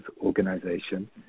organization